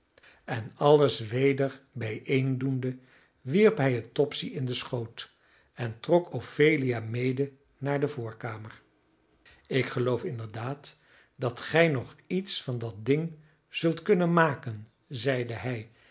en alles weder bijeendoende wierp hij het topsy in den schoot en trok ophelia mede naar de voorkamer ik geloof inderdaad dat gij nog iets van dat ding zult kunnen maken zeide hij